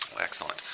Excellent